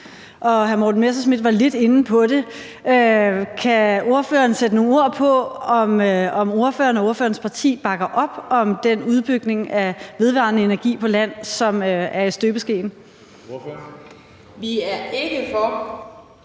og hr. Morten Messerschmidt var lidt inde på det. Kan ordføreren sætte nogle ord på, om ordføreren og ordførerens parti bakker op om den udbygning af vedvarende energi på land, som er i støbeskeen? Kl.